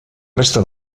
resta